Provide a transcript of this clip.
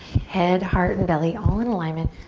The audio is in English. head, heart and belly all in alignment.